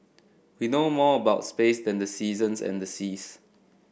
we know more about space than the seasons and the seas